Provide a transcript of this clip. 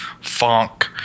funk